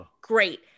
Great